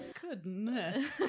Goodness